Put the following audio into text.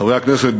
חברי הכנסת,